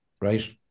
right